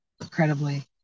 incredibly